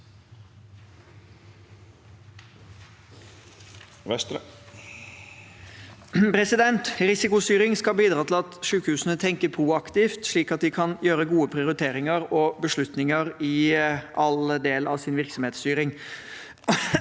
Risikosty- ring skal bidra til at sykehusene tenker proaktivt, slik at de kan gjøre gode prioriteringer og beslutninger i alle deler av sin virksomhetsstyring.